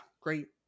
great